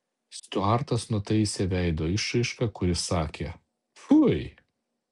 stiuartas nutaisė veido išraišką kuri sakė tfui